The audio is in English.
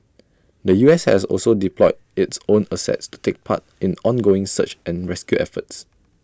the U S has also deployed its own assets to take part in ongoing search and rescue efforts